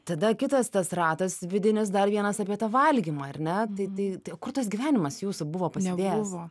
tada kitas tas ratas vidinis dar vienas apie tą valgymą ar ne tai tai kur tas gyvenimas jūsų buvo pasidėjęs